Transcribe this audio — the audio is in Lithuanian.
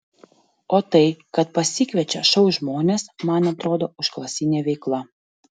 o tai kad pasikviečia šou žmones man atrodo užklasinė veikla